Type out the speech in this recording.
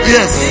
Yes